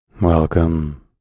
Welcome